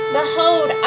Behold